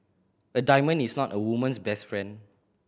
a diamond is not a woman's best friend